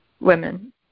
women